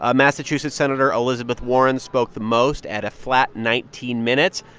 um massachusetts senator elizabeth warren spoke the most at a flat nineteen minutes.